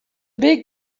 big